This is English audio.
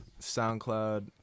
SoundCloud